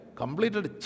completed